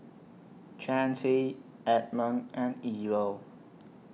Chancey Edmon and Ewell